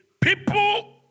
People